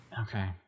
Okay